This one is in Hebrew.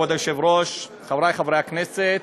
כבוד היושב-ראש, חברי חברי הכנסת,